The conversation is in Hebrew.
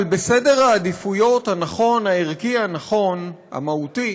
אבל בסדר העדיפויות הערכי הנכון, המהותי,